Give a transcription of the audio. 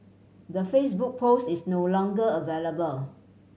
the Facebook post is no longer available